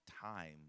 time